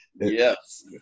Yes